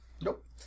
Nope